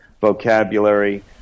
vocabulary